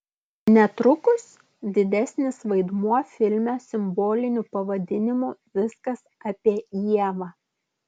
netrukus didesnis vaidmuo filme simboliniu pavadinimu viskas apie ievą